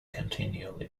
continually